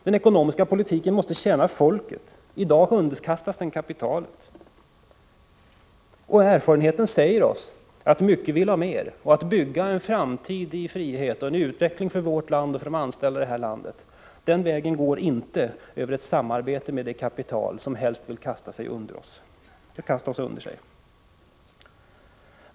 Den ekonomiska politiken måste tjäna folket — i dag underkastas den kapitalet. Erfarenheten säger oss att ”mycket vill ha mer”, och därför går det inte att bygga en framtid i frihet och en utveckling för vårt land och för de anställda genom samarbete med det kapital som helst vill kasta oss under sig.